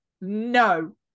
no